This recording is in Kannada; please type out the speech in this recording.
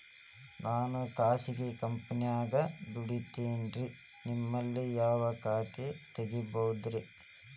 ನಾನು ಖಾಸಗಿ ಕಂಪನ್ಯಾಗ ದುಡಿತೇನ್ರಿ, ನಿಮ್ಮಲ್ಲಿ ಯಾವ ಖಾತೆ ತೆಗಿಬಹುದ್ರಿ?